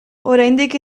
oraindik